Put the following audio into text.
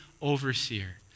overseer